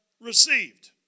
received